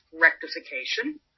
rectification